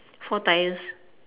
four tyres